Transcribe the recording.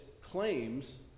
claims